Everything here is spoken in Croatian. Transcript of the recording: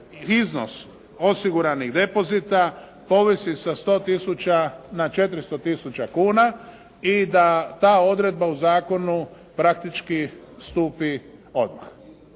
iznos osiguranih depozita povisi sa 100 tisuća na 400 tisuća kuna i da ta odredba u zakonu praktički stupi odmah,